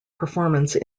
performance